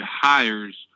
hires